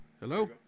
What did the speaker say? Hello